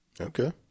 Okay